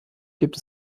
gibt